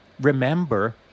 remember